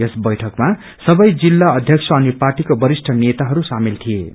यस बैठकमा सबै जिल्ल अध्यक्ष अनि पार्टीको वरिष्ठ नेताहरू शामेल हुनेछन्